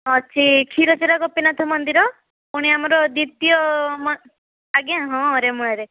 ଅଛି କ୍ଷୀରଚୋରା ଗୋପୀନାଥ ମନ୍ଦିର ପୁଣି ଆମର ଦ୍ୱିତୀୟ ଆଜ୍ଞା ହଁ ରେମୁଣାରେ